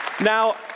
Now